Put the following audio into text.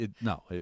no